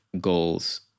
goals